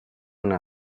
una